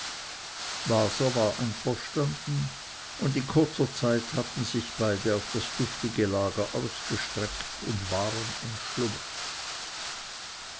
waser war einverstanden und in kurzer frist hatten sich beide auf das duftige lager ausgestreckt und waren entschlummert